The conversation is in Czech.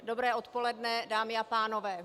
Dobré odpoledne, dámy a pánové.